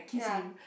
ya